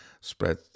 spread